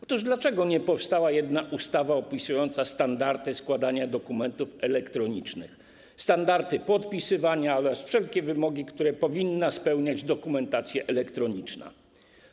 Otóż dlaczego nie powstała jedna ustawa opisująca standardy składania dokumentów elektronicznych, standardy podpisywania oraz wszelkie wymogi, które powinna spełniać dokumentacja elektroniczna?